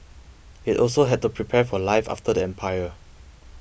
it also had to prepare for life after the empire